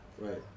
Right